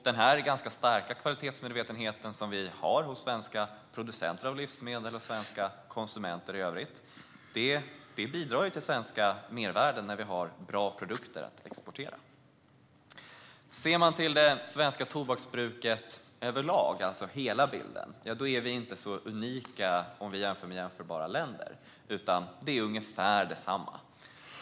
Den ganska starka kvalitetsmedvetenhet som finns hos svenska producenter av livsmedel och svenska konsumenter bidrar till svenska mervärden, då vi har bra produkter att exportera. Sett till det svenska tobaksbruket överlag, alltså hela bilden, är vi inte unika jämfört med jämförbara länder. Tobaksbruket är ungefär detsamma.